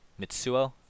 Mitsuo